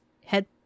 head